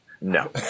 No